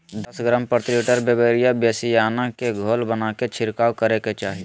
दस ग्राम प्रति litre Beauveria bassiana के घोल बनाके छिड़काव करे के चाही